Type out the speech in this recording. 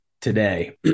today